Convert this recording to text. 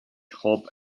hope